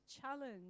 challenge